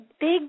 big